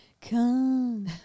come